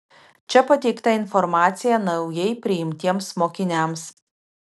čia pateikta informacija naujai priimtiems mokiniams